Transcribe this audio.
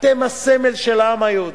אתם הסמל של העם היהודי.